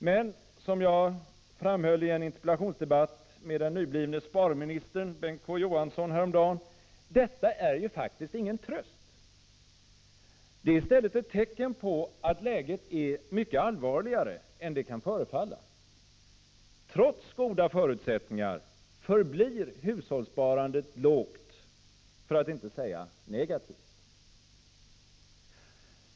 Men — som jag framhöll i en interpellationsdebatt med den nyblivne sparministern Bengt K.Å. Johansson häromdagen — det är faktiskt ingen tröst. Det är i stället ett tecken på att läget är mycket allvarligare än det kan förefalla! Trots goda förutsättningar förblir hushållssparandet lågt, för att inte säga negativt.